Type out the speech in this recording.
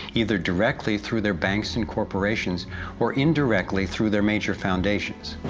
either directly through their banks and corporations or indirectly through their major foundations.